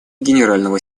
генерального